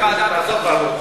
אני מציע להעביר את זה לוועדת,